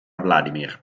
vladimir